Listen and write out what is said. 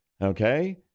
Okay